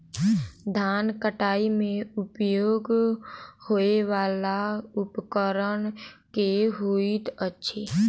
धान कटाई मे उपयोग होयवला उपकरण केँ होइत अछि?